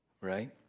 Right